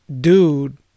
dude